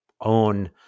own